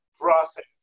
process